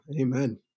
amen